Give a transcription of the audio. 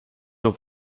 noch